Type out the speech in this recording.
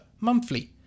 monthly